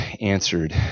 answered